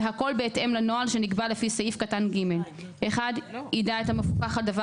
והכול בהתאם לנוהל שנקבע לפי סעיף קטן (ג): (1)יידע את המפוקח על דבר